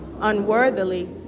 unworthily